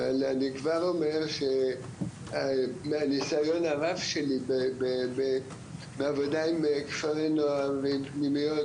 אבל אני כבר אומר שמהניסיון הרב שלי בעבודה עם כפר הנוער ועם פנימיות,